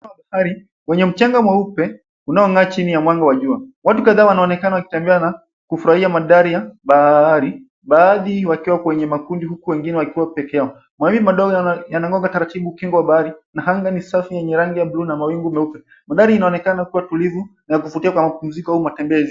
bahari. Wenye mchanga mweupe unaong'aa chini ya mwanga wa jua. Watu kadhaa wanaonekana wakitembea na kufurahia mandhari ya bahari. Baadhi wakiwa kwenye makundi huku wengine wakiwa peke yao. Mawimbi madogo yanang'onga taratibu kingo wa bahari na anga ni safi yenye rangi ya buluu na mawingu meupe. Mandhari inaonekana kuwa tulivu na kuvutia kwa mapumziko au matembezi.